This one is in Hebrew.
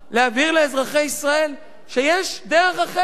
להבהיר לאזרחי ישראל שיש דרך אחרת.